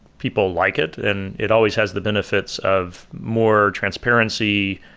people like it and it always has the benefits of more transparency,